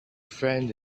friend